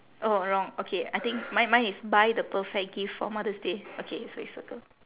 oh wrong okay I think mine mine is buy the perfect gift for mother's day okay so we circle